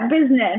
business